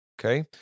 okay